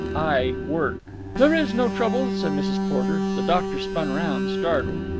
i work. there is no trouble, said mrs. porter. the doctor spun round, startled.